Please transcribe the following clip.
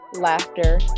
laughter